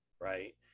right